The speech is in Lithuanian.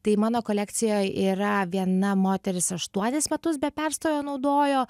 tai mano kolekcijoj yra viena moteris aštuonis metus be perstojo naudojo